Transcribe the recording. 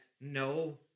no